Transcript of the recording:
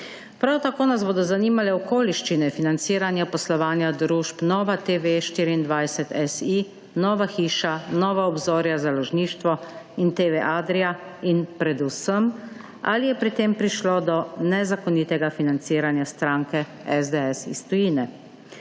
Prav tako nas bodo zanimale okoliščine financiranja poslovanja družb NovaTV24.si, Nova Hiša, Nova Obzorja založništvo in TVAdria in predvsem ali je pri tem prišlo do nezakonitega financiranja stranke SDS iz tujine.